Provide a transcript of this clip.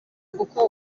kuko